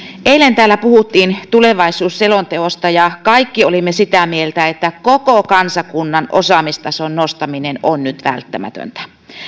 eilen täällä puhuttiin tulevaisuusselonteosta ja kaikki olimme sitä mieltä että koko kansakunnan osaamistason nostaminen on nyt välttämätöntä